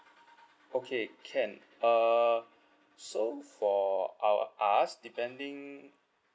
okay can uh so for our us depending